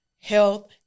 health